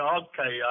okay